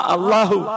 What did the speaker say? Allahu